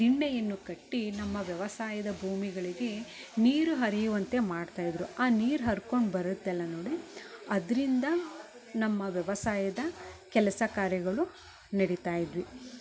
ದಿಂಡೆಯನ್ನು ಕಟ್ಟಿ ನಮ್ಮ ವ್ಯವಸಾಯದ ಭೂಮಿಗಳಿಗೆ ನೀರು ಹರಿಯುವಂತೆ ಮಾಡ್ತಾ ಇದ್ದರು ಆ ನೀರು ಹರ್ಕೊಂಡು ಬರತ್ತಲ್ಲ ನೋಡಿ ಅದರಿಂದ ನಮ್ಮ ವ್ಯವಸಾಯದ ಕೆಲಸ ಕಾರ್ಯಗಳು ನಡಿತಾ ಇದ್ವಿ ಮತ್ತು